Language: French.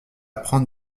prendre